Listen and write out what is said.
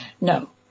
No